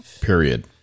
period